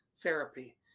therapy